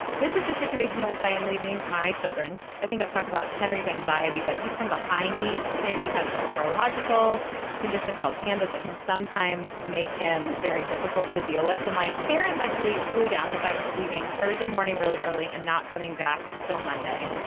this is the situation in which i am leaving my children. i think i've talked about henry's anxiety, but he's kind of a high needs kid. he has this neurological neurological condition called pandas that can sometimes make him very difficult to d. o. s. and my parents actually flew down because i was leaving thursday morning really early and not coming back till monday.